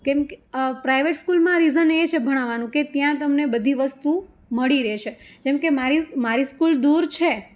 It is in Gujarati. કેમ કે પ્રાઇવેટ સ્કૂલમાં રિઝન એ છે ભણાવાનું કે ત્યાં તમને બધી વસ્તુ મળી રહેશે જેમ કે મારી મારી સ્કૂલ દૂર છે